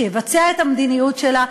שיבצע את המדיניות שלה.